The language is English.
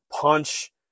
punch